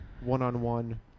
one-on-one